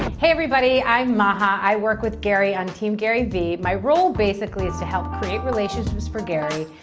hey everybody, i'm maha. i work with gary on team garyvee. my role basically, is to help create relationships for gary,